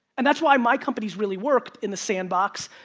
and that's why my companies really worked in the sandbox,